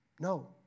No